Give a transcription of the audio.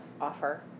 offer